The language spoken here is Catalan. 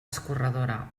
escorredora